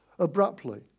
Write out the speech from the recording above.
abruptly